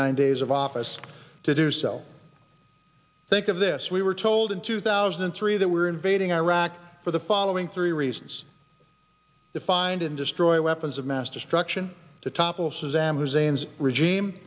nine days of office to do so think of this we were told in two thousand and three that were invading iraq for the following three reasons to find and destroy weapons of mass destruction to topple saddam hussein's regime